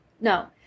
no